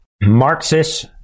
Marxist